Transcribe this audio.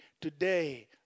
today